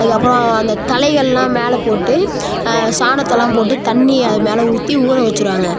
அதுக்கு அப்றம் அந்த தழைகள்லாம் மேலே போட்டு சாணத்தலாம் போட்டு தண்ணியை அது மேலே ஊற்றி ஊற வைச்சிருவாங்க